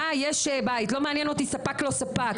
באה, יש בית, לא מעניין אותי ספק לא ספק.